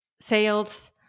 sales